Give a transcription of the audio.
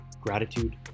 gratitude